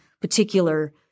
particular